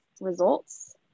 results